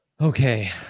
Okay